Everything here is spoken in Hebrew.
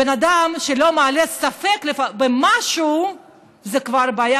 בן אדם שלא מעלה ספק במשהו זו כבר בעיה,